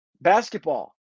basketball